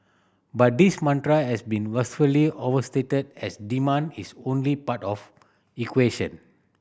but this mantra has been vastly overstated as demand is only part of equation